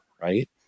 right